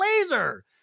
Laser